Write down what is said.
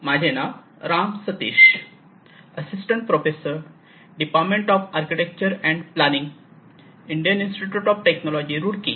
माझे नाव Ram Satish assistant professor Department of Architecture and Planning Indian Institute of Technology Roorkee